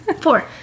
four